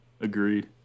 Agreed